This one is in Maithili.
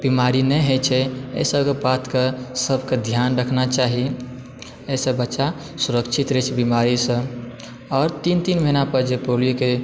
बीमारी नहि होइ छै एहिसब बात के सबके ध्यान रखना चाही एहिसँ बच्चा सुरक्षित रहै छै बीमारी सँ और तीन तीन महिना पर जे पोलियो के